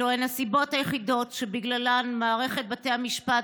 אלו הסיבות היחידות שבגללן מערכת בתי המשפט,